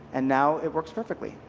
and now it works perfectly.